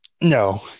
No